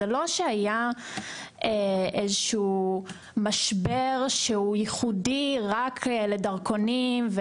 זה לא שהיה משבר מסוים שהוא ייחודי רק לדרכונים,